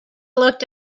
looked